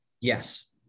Yes